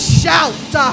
shout